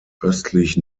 östlich